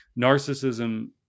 narcissism